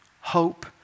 hope